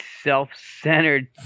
self-centered